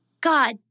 God